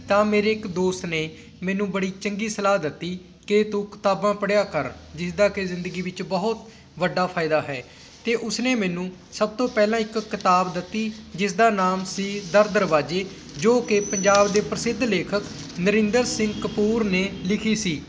ਤਾਂ ਮੇਰੇ ਇੱਕ ਦੋਸਤ ਨੇ ਮੈਨੂੰ ਬੜੀ ਚੰਗੀ ਸਲਾਹ ਦਿੱਤੀ ਕਿ ਤੂੰ ਕਿਤਾਬਾਂ ਪੜ੍ਹਿਆ ਕਰ ਜਿਸ ਦਾ ਕਿ ਜ਼ਿੰਦਗੀ ਵਿੱਚ ਬਹੁਤ ਵੱਡਾ ਫਾਇਦਾ ਹੈ ਅਤੇ ਉਸ ਨੇ ਮੈਨੂੰ ਸਭ ਤੋਂ ਪਹਿਲਾਂ ਇੱਕ ਕਿਤਾਬ ਦਿੱਤੀ ਜਿਸ ਦਾ ਨਾਮ ਸੀ ਦਰ ਦਰਵਾਜ਼ੇ ਜੋ ਕਿ ਪੰਜਾਬ ਦੇ ਪ੍ਰਸਿੱਧ ਲੇਖਕ ਨਰਿੰਦਰ ਸਿੰਘ ਕਪੂਰ ਨੇ ਲਿਖੀ ਸੀ